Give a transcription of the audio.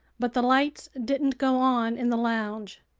but the lights didn't go on in the lounge.